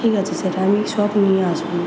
ঠিক আছে স্যার আমি সব নিয়ে আসব